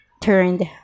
turned